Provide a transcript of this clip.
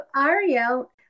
Ariel